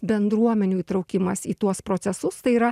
bendruomenių įtraukimas į tuos procesus tai yra